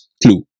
clue